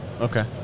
okay